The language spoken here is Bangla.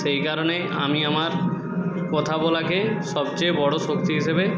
সেই কারণেই আমি আমার কথা বলাকে সবচেয়ে বড়ো শক্তি হিসেবে